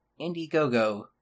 Indiegogo